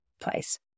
place